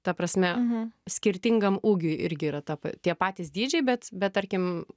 ta prasme skirtingam ūgiui irgi yra ta tie patys dydžiai bet bet tarkim